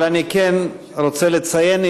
אבל אני כן רוצה לציין,